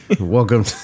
Welcome